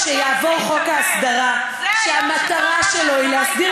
כשיעבור חוק ההסדרה זה היום שחוק ההסדרה ייגמר,